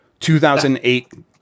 2008